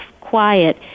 quiet